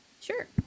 Sure